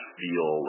feel